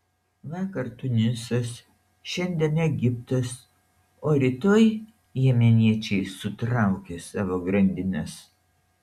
vakar tunisas šiandien egiptas o rytoj jemeniečiai sutraukys savo grandines